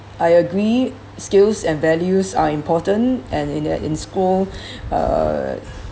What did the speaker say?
I agree skills and values are important and in uh in school uh